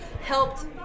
helped